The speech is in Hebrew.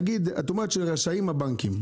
נגיד, את אומרת שרשאים הבנקים.